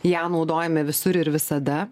ją naudojame visur ir visada